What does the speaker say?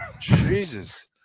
Jesus